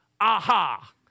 aha